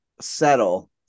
settle